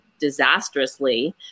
disastrously